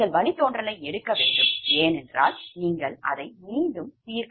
நீங்கள் வழித்தோன்றலை எடுக்க வேண்டும் ஏனென்றால் நீங்கள் அதை மீண்டும் தீர்க்க வேண்டும்